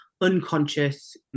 unconscious